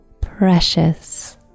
precious